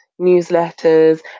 newsletters